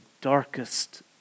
darkest